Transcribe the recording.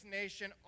nation